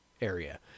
area